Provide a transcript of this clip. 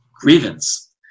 grievance